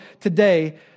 today